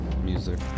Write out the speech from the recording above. music